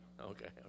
okay